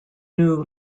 new